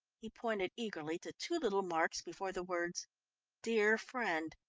he pointed eagerly to two little marks before the words dear friend.